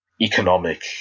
economic